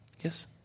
Yes